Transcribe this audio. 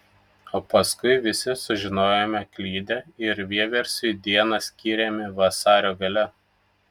o paskui visi sužinojome klydę ir vieversiui dieną skyrėme vasario gale